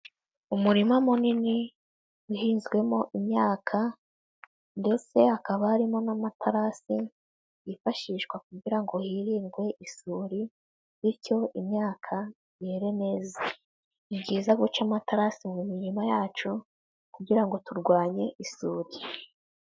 Umurima munini uhinzwemo imyaka ndetse hakaba harimo n'amaterasi yifashishwa kugira ngo hirindwe isuri bityo imyaka yere neza. Ni byiza guca amaterasi mu mirima yacu kugira ngo turwanye isuri.